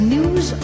News